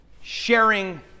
sharing